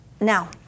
Now